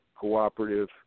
cooperative